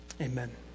Amen